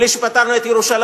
בלי שפתרנו את סוגיית ירושלים?